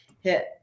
hit